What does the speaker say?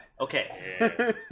Okay